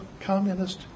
communist